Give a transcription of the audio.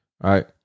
right